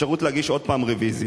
אפשרות להגיש עוד פעם רוויזיה.